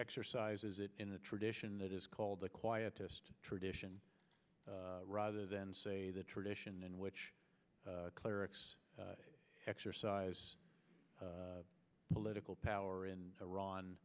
exercises it in the tradition that is called the quietest tradition rather than say the tradition in which clerics exercise political power in iran